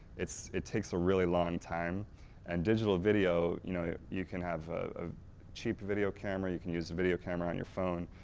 it takes a really long time and digital video you know you can have a cheap video camera, you can use a video camera on your phone,